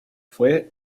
fue